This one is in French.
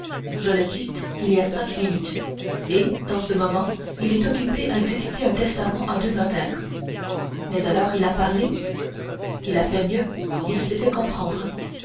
je le quitte il y a cinq minutes et dans ce moment il est occupé à dicter un testament à deux notaires mais alors il a parlé il a fait mieux il s'est fait comprendre